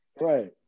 right